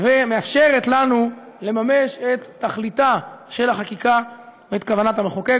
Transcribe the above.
ומאפשרת לנו לממש את תכליתה של החקיקה ואת כוונת המחוקק.